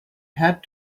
had